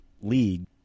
league